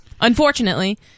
unfortunately